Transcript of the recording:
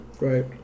Right